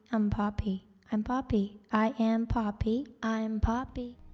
i'm poppy. i'm poppy. i am poppy. i'm poppy.